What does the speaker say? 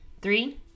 Three